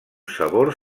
sabor